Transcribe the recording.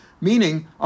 meaning